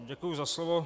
Děkuji za slovo.